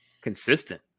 consistent